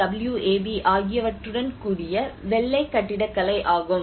W AB ஆகியவற்றுடன் கூடிய 'வெள்ளை கட்டிடக்கலை' ஆகும்